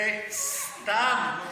וסתם?